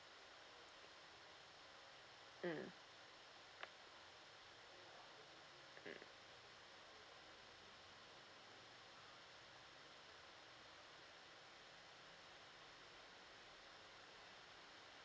mm mm